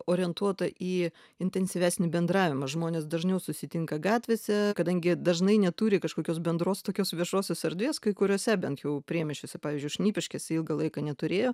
orientuotą į intensyvesnį bendravimą žmonės dažniau susitinka gatvėse kadangi dažnai neturi kažkokios bendros tokios viešosios erdvės kai kuriose bent jau priemiesčiuose pavyzdžiui šnipiškėse ilgą laiką neturėjo